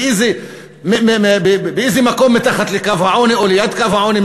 באיזה מקום מתחת לקו העוני או ליד קו העוני,